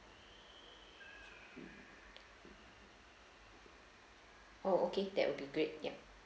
oh okay that will be great ya